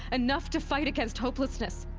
enough to fight against hopelessness!